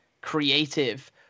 creative